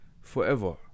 forever